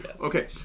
Okay